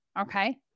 Okay